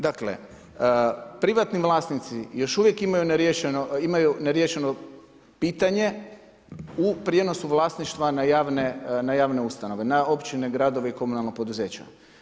Dakle, privatni vlasnici još uvijek imaju neriješeno pitanje u prijenosu vlasništva na javne ustanove, na općine, gradove i komunalna poduzeća.